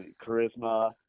charisma